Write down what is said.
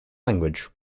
language